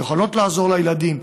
יכולות לעזור לילדים,